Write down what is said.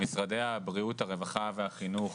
למשרדי הבריאות, הרווחה, והחינוך